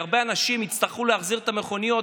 כי הרבה אנשים יצטרכו להחזיר את המכוניות